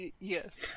Yes